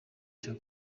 cya